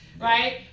right